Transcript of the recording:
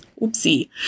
oopsie